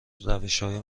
روشهای